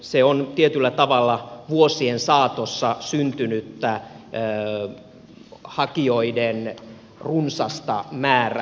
se on tietyllä tavalla vuosien saatossa syntynyttä hakijoiden runsasta määrää